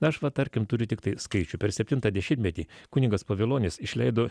na aš va tarkim turiu tiktai skaičių per septintą dešimtmetį kunigas povilonis išleido